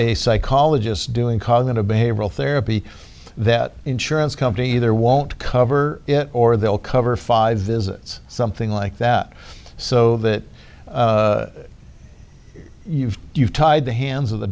a psychologist doing cognitive behavioral therapy that insurance company there won't cover it or they'll cover five visits something like that so that you've you've tied the hands of the